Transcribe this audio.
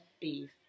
Beef